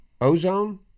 Ozone